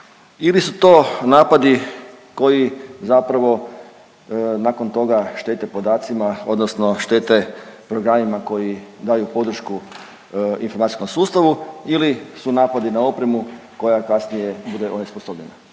ili su to napadi koji zapravo nakon toga štete podacima odnosno štete programima koji daju podršku informacijskom sustavu ili su napadi na opremu koja kasnije bude onesposobljena.